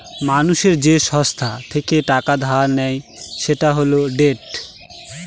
মানুষ যে সংস্থা থেকে টাকা ধার নেয় সেটা হল ডেট